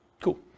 Cool